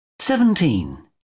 Seventeen